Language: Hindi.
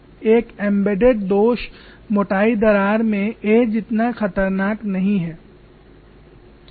एक एम्बेडेड दोष मोटाई दरार में a जितना खतरनाक नहीं है